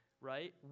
right